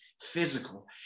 physical